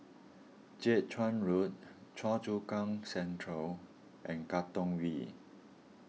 Jiak Chuan Road Choa Chu Kang Central and Katong V